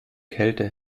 kälte